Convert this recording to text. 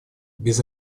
без